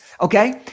Okay